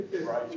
right